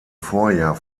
vorjahr